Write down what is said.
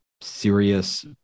serious